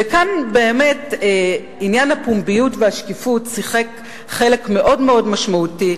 וכאן באמת עניין הפומביות והשקיפות שיחק תפקיד מאוד משמעותי.